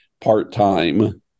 part-time